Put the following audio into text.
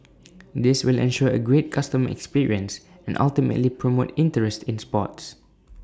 this will ensure A great customer experience and ultimately promote interest in sports